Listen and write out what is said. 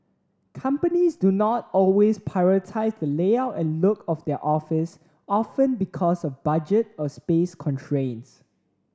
companies do not always prioritise the layout and look of their office often because of budget or space constraints